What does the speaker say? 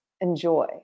enjoy